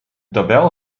tabel